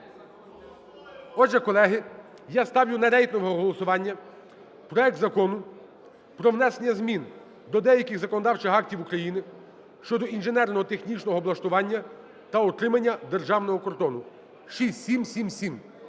Отже, колеги, я ставлю на рейтингове голосування проект Закону про внесення змін до деяких законодавчих актів України щодо інженерно-технічного облаштування та утримання державного кордону (6777).